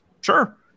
Sure